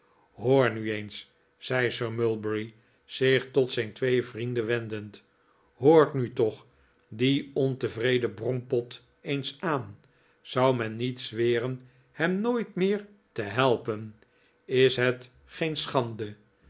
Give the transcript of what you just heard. hoort nu eens zei sir mulberry zich tot zijn twee vrienden wendend hoort nu toch dien ontevreden brompot eens aan zou men niet zweren hem nooit meer te helpen is het geen schande